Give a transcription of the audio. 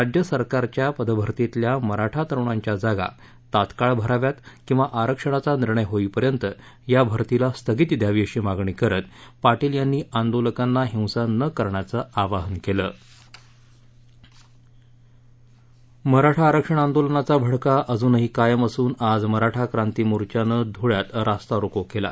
राज्य सरकारच्या पदभर्तीतल्या मराठा तरुणाच्या जागा तात्काळ भराव्यात किंवी आरक्षणाचा निर्णय होईपर्यंत या भरतीला स्थगिती द्यावी अशी मागणी करत पार्शिल याती आद्वीलकात्ती हिस्ती न करण्याच आवाहन केला मराठा आरक्षण आद्वीलनाचा भडका अजूनही कायम असून आज मराठा क्राती मोर्चानक्राज धुळ्यात रास्तारोको केला